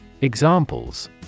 Examples